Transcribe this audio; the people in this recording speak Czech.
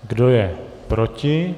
Kdo je proti?